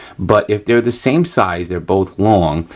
but if they're the same size, they're both long,